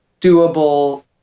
doable